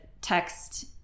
text